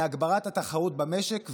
להגברת התחרות במשק ועוד".